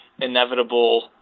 inevitable